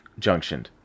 junctioned